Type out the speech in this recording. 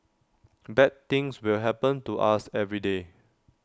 bad things will happen to us every day